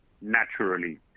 naturally